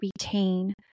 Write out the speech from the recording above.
retain